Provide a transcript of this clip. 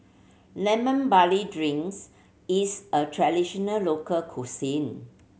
lemon barley drinks is a traditional local cuisine